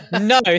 No